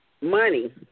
Money